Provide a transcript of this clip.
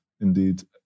Indeed